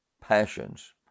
passions